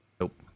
Nope